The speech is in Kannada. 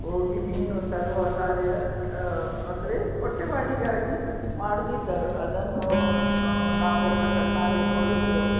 ಹೋಗಿ ಮೀನು ತರುವ ಕಾರ್ಯ ಅಂದರೆ ಹೊಟ್ಟೆ ಪಾಡಿಗಾಗಿ ಮಾಡ್ತಿದ್ದರು ಅದನ್ನು ನಾವೆಲ್ಲ ಕಣ್ಣಾರೆ ನೋಡಿದ್ದೆವು